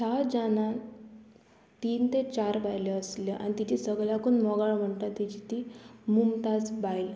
सात जाणां तीन ते चार बायल्यो आसल्यो आनी तेजी सगल्याकून मोगाळ म्हणटा तेची ती मुमताज बायल